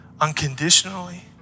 Unconditionally